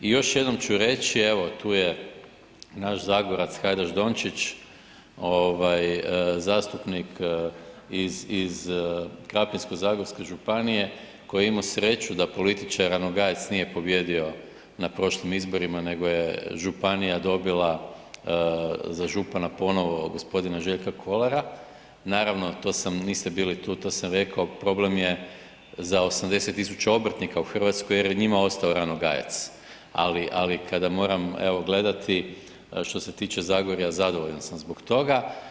I još jednom ću reći, evo tu je naš zagorac Hajdaš Dončić, ovaj zastupnik iz Krapinsko-zagorske županije koji je imao sreću da političar Ranogajec nije pobijedio na prošlim izborima nego je županija dobila za župana ponovo gospodina Željka Kolara, naravno to sam, niste bili tu to sam rekao problem za 80.000 obrtnika u Hrvatskoj jer je njima ostao Ranogajec, ali kada moram evo gledati što se tiče Zagorja zadovoljan sam zbog toga.